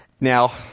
Now